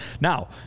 now